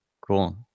cool